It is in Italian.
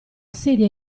sedia